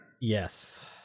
Yes